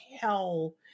hell